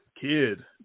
kid